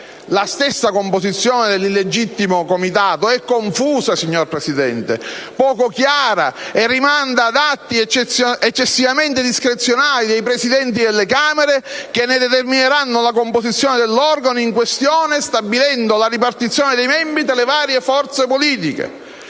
La stessa composizione dell'illegittimo Comitato è confusa, signor Presidente, poco chiara, e rimanda ad atti eccessivamente discrezionali dei Presidenti delle Camere, che determineranno la composizione dell'organo in questione stabilendo la ripartizione dei membri tra le varie forze politiche.